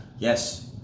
Yes